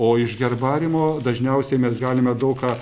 o iš herbariumo dažniausiai mes galime daug ką